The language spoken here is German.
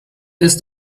ist